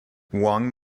wong